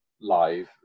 live